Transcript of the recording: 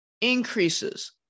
increases